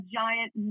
giant